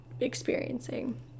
experiencing